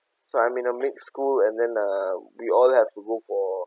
so I'm in a mixed school and then uh we all have to go for